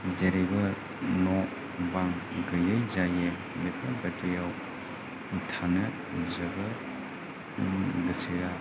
जेरैबो न' बां गैयै जायो बेफोरबादियाव थानो जोबोर गोसोआ